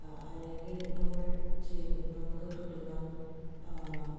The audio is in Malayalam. അല്ലെങ്കിൽ നമ്മൾ ചെയ്യുന്ന നമ്മൾക്ക് കിട്ടുന്ന